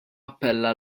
appella